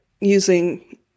using